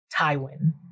tywin